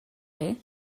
chi